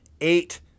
eight